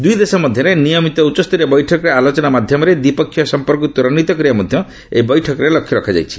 ଦୂଇ ଦେଶ ମଧ୍ୟରେ ନିୟମିତ ଉଚ୍ଚସ୍ତରୀୟ ବୈଠକରେ ଆଲୋଚନା ମାଧ୍ୟମରେ ଦ୍ୱିପକ୍ଷୀୟ ସମ୍ପର୍କକ୍ତ ତ୍ୱରାନ୍ୱିତ କରିବା ମଧ୍ୟ ଏହି ବୈଠକରେ ଲକ୍ଷ୍ୟ ରଖାଯାଇଛି